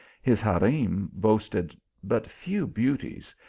his harem boasted but few beauties,